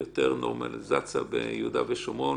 יותר נורמליזציה ביהודה ושומרון,